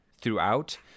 throughout